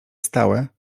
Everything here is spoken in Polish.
stałe